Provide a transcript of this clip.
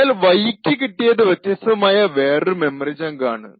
എന്നാൽ Y ക്ക് കിട്ടിയത് വ്യത്യസ്താമായ വേറൊരു മെമ്മറി ചങ്ക് ആണ്